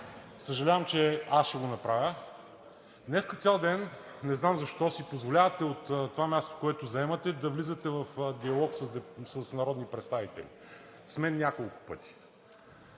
Съжалявам, че аз ще го направя. Днеска цял ден не знам защо си позволявате от това място, което заемате, да влизате в диалог с народни представители. С мен няколко пъти.